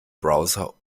browser